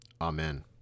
Amen